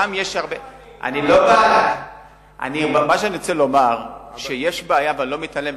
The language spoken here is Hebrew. אני רוצה לומר שיש בעיה, ואני לא מתעלם.